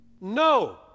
No